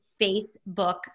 Facebook